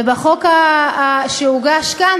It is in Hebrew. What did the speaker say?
ובחוק שהוגש כאן,